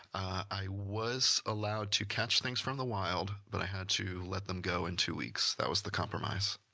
i was allowed to catch things from the wild but i had to let them go in two weeks. that was the compromise.